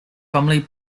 commonly